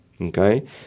okay